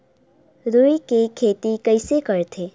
रुई के खेती कइसे करथे?